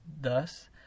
thus